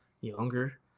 younger